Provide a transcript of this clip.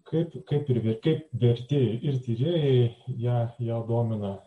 kaip kaip ir ver vertėjai ir tyrėjai ją ją domina